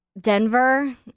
Denver